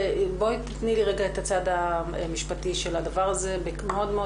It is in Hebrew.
תני לי את הצד המשפטי של הדבר הזה ומאוד מאוד